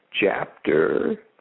chapter